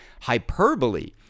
hyperbole